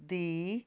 ਦੀ